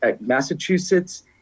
Massachusetts